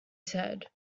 said